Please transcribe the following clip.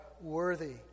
worthy